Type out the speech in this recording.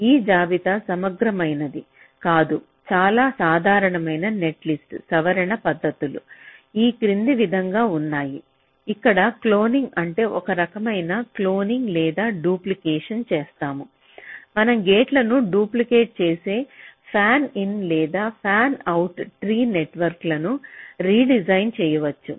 ఈ జాబితా సమగ్రమైనది కాదు చాలా సాధారణమైన నెట్లిస్ట్ సవరణ పద్ధతులు ఈ క్రింది విధంగా ఉన్నాయి ఇక్కడ క్లోనింగ్ అంటే ఒకరకమైన క్లోనింగ్ లేదా డూప్లికేషన్ చేస్తాము మనం గేట్లను డూప్లికేట్ చేసి ఫానిన్ లేదా ఫ్యాన్అవుట్ ట్రీ నెట్వర్క్లను రీడిజైన్ చేయవచ్చు